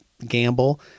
gamble